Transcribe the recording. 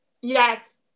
Yes